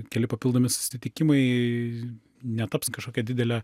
keli papildomi susitikimai netaps kažkokia didele